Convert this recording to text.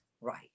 right